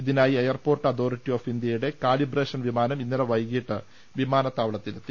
ഇതിനായി airport authority of ഇന്ത്യയുടെ calibration വിമാനം ഇന്നലെ വൈകിട്ട് വിമാനത്താവളത്തിലെത്തി